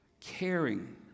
caring